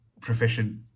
proficient